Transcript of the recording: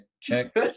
check